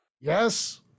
Yes